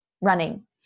running